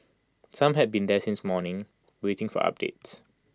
some had been there since morning waiting for updates